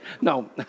No